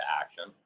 action